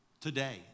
today